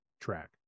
track